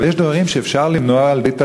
אבל יש דברים שאפשר למנוע על-ידי תשתיות.